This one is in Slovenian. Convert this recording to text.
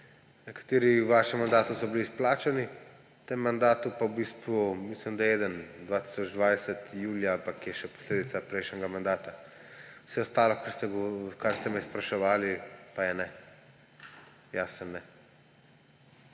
nekateri v vašem mandatu so bili izplačani, v tem mandatu pa v bistvu, mislim, da eden 2020 julija, ampak je še posledica prejšnjega mandata. Vse ostalo, kar ste me spraševali, pa je: »Ne.« Jasen ne.